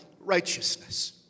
righteousness